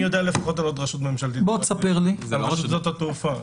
זה לא בנוי כמו מבנה חברה,